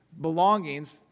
belongings